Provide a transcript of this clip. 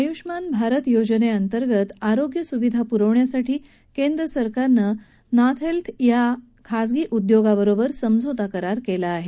आय्ष्मान भारत योजनेअंतर्गत आरोग्य सविधा प्रवण्यासाठी केंद्र सरकारनं नाथहेल्थ या खाजगी उद्योगाबरोबर समझोता करार केला आहे